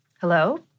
Hello